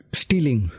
stealing